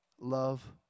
love